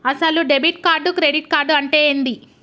అసలు debit card credit card అంటే ఏంది?